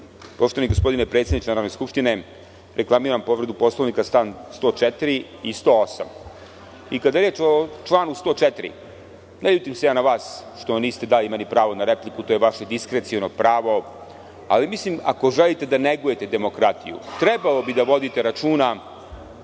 Poštovani gospodine predsedniče Narodne skupštine, reklamiram povredu Poslovnika član 104. i 108.Kada je reč o članu 104, ne ljutim se ja na vas što mi niste dali pravo na repliku, to je vaše diskreciono pravo, ali mislim da ako želite da negujete demokratiju, trebalo bi da vodite računa